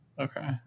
Okay